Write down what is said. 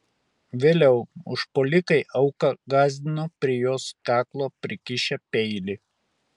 vėliau užpuolikai auką gąsdino prie jos kaklo prikišę peilį